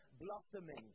blossoming